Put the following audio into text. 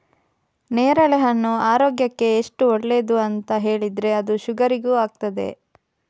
ನೇರಳೆಹಣ್ಣು ಆರೋಗ್ಯಕ್ಕೆ ಎಷ್ಟು ಒಳ್ಳೇದು ಅಂತ ಹೇಳಿದ್ರೆ ಅದು ಶುಗರಿಗೂ ಆಗ್ತದೆ